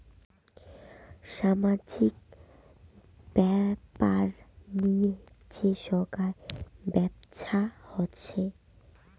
সামাজিক ব্যাপার নিয়ে যে সোগায় ব্যপছা হসে